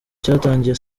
cyatangiye